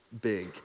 big